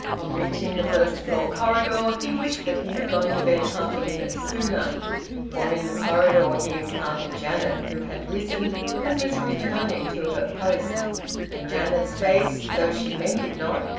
on reaching the first-floor corridor he wished that he had gone to bed half a minute sooner for in the corridor he encountered janet, who had risen and was returning to her post and janet's face, though she meant it not,